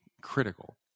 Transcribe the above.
critical